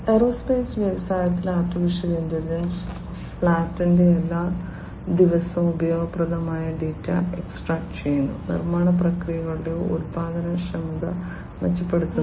aerospace വ്യവസായത്തിലെ AI ഫ്ലൈറ്റിന്റെ എല്ലാ ദിവസവും ഉപയോഗപ്രദമായ ഡാറ്റ എക്സ്ട്രാക്റ്റുചെയ്യുന്നു നിർമ്മാണ പ്രക്രിയകളുടെ ഉൽപാദനക്ഷമത മെച്ചപ്പെടുത്തുന്നു